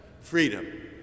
freedom